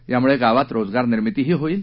यामुळं गावात रोजगार निर्मितीही होईल